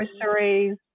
groceries